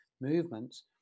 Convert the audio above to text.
movements